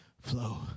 flow